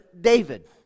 David